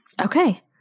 Okay